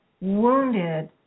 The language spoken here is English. wounded